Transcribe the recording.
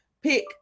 Pick